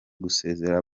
gusezera